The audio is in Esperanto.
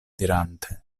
dirante